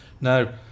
Now